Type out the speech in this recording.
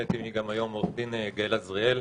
נמצאת איתי היום גם עורכת-הדין גאל עזריאל,